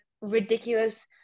ridiculous